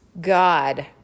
God